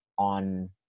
on